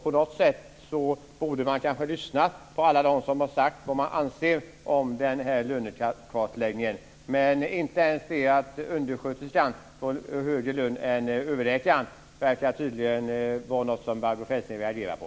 På något sätt borde man kanske lyssna på alla dem som har sagt vad man anser om den här lönekartläggningen. Men inte ens att undersköterskan får högre lön än överläkaren verkar tydligen vara något som Barbro Feltzing reagerar på.